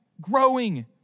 growing